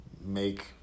make